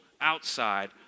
outside